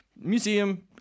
museum